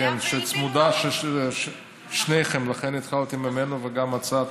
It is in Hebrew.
כן, צמודה, של שניכם, לכן התחלתי ממנו, וגם הצעת